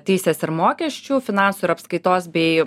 teisės ir mokesčių finansų ir apskaitos bei